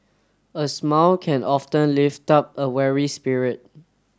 a smile can often lift up a weary spirit